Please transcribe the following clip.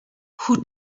who